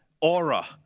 aura